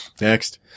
Next